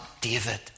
David